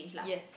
yes